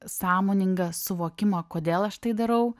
sąmoningą suvokimą kodėl aš tai darau